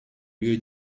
lieu